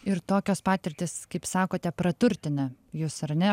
ir tokios patirtys kaip sakote praturtina jus ar ne